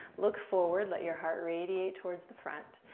look forward. let your heart radiate towards the front,